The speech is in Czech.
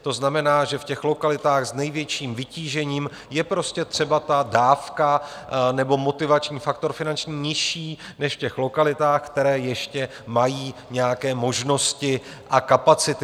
To znamená, že v těch lokalitách s největším vytížením je prostě třeba ta dávka nebo motivační faktor finanční nižší než v těch lokalitách, které ještě mají nějaké možnosti a kapacity.